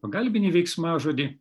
pagalbinį veiksmažodį